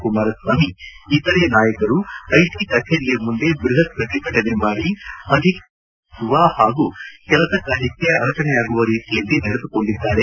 ಕುಮಾರಸ್ವಾಮಿ ಇತರೆ ನಾಯಕರು ಐಟಿ ಕಚೇರಿಯ ಮುಂದೆ ಬೃಹತ್ ಪ್ರತಿಭಟನೆ ಮಾಡಿ ಅಧಿಕಾರಿಗಳಲ್ಲಿ ಭಯ ಹುಟ್ಟಸುವ ಹಾಗೂ ಕೆಲಸ ಕಾರ್ಯಕ್ಕೆ ಅಡಚಣೆಯಾಗುವ ರೀತಿಯಲ್ಲಿ ನಡೆದುಕೊಂಡಿದ್ದಾರೆ